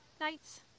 nights